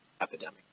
epidemic